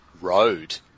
road